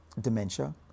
dementia